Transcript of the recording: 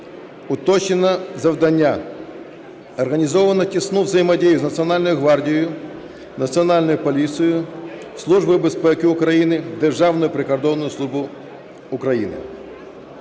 Уточнено завдання, організовано тісну взаємодію з Національною гвардією, Національною поліцією, Службою безпеки України, Державною прикордонною службою України.